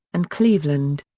and cleveland.